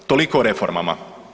Toliko o reformama.